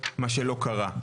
מה שלא קרה.